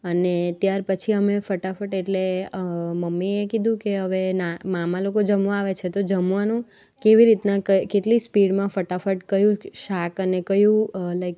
અને ત્યારપછી અમે ફટાફટ એટલે મમ્મીએ કીધું કે હવે ના મામા લોકો જમવા આવે છે તો જમવાનું કેવી રીતના કેટલી સ્પીડમાં ફટાફટ કયું શાક અને કયું લાઇક